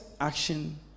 Action